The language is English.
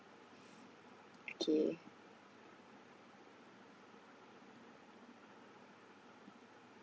okay